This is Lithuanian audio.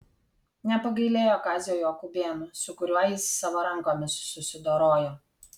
nepagailėjo kazio jakubėno su kuriuo jis savo rankomis susidorojo